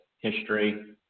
history